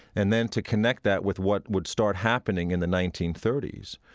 and then to connect that with what would start happening in the nineteen thirty s,